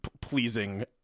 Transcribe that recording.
pleasing